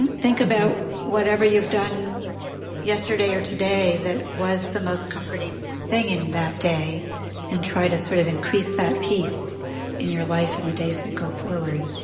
and think about whatever you've done yesterday or today that was the most comforting thing in that day and try to sort of increase that piece in your life in the days to go forward